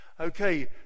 Okay